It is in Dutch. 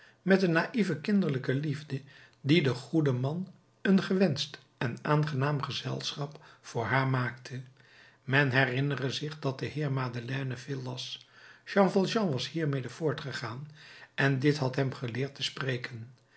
met een naïeve kinderlijke liefde die den goeden man een gewenscht en aangenaam gezelschap voor haar maakte men herinnere zich dat de heer madeleine veel las jean valjean was hiermede voortgegaan en dit had hem geleerd te spreken